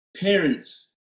parents